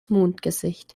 mondgesicht